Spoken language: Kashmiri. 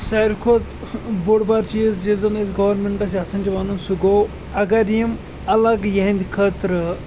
ساروی کھۄت بوٚڑ بار چیٖز یُس زَن أسۍ گورمٮ۪نٛٹَس یَژھان چھِ وَنُن سُہ گوٚو اَگر یِم اَلگ یِہِنٛدۍ خٲطرٕ